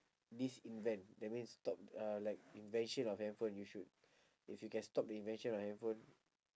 disinvent that means stop uh like invention of handphone you should if you can stop the invention of handphone